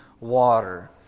water